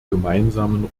gemeinsamen